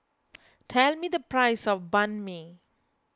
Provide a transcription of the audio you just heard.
tell me the price of Banh Mi